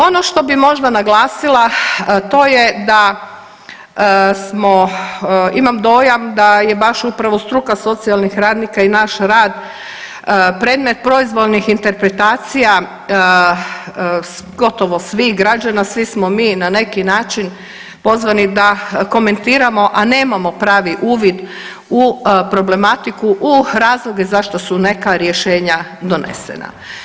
Ono što bih možda naglasila, to je da smo, imam dojam da je baš upravo struka socijalnih radnika i naš rad predmet proizvoljnih interpretacija gotovo svih građana, svi smo mi na neki način pozvani da komentiramo, a nemamo pravi uvid u problematiku, u razloge zašto su neka rješenja donesena.